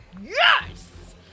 Yes